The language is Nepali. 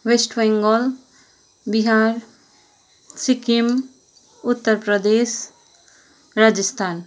वेस्ट बेङ्गल बिहार सिक्किम उत्तर प्रदेश राजस्थान